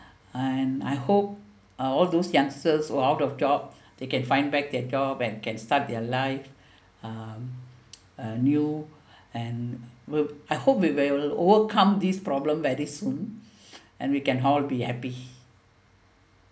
and I hope uh all those youngsters who are out of job they can find back their job and can start their life uh uh new and will I hope it will overcome this problem very soon and we can all be happy